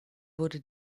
wurde